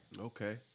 okay